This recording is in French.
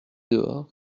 dehors